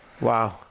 wow